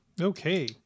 Okay